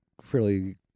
fairly